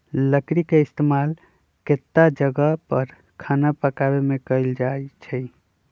लकरी के इस्तेमाल केतता जगह पर खाना पकावे मे कएल जाई छई